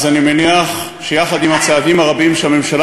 אני מניח שיחד עם הצעדים הרבים שהממשלה